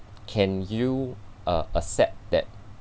can you uh accept that